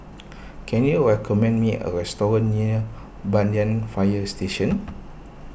can you recommend me a restaurant near Banyan Fire Station